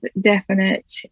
definite